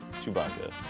Chewbacca